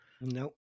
Nope